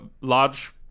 large